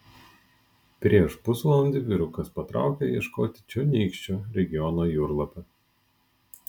prieš pusvalandį vyrukas patraukė ieškoti čionykščio regiono jūrlapio